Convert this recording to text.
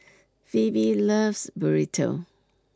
Pheobe loves Burrito